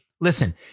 Listen